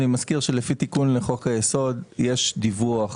אני מזכיר שלפי תיקון חוק-היסוד יש דיווח